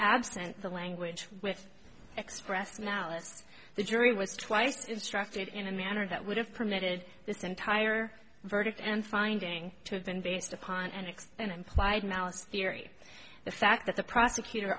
absent the language which expressed malice the jury was twice instructed in a manner that would have permitted this entire verdict and finding to have been based upon an x and implied malice theory the fact that the prosecutor